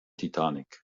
titanic